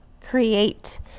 create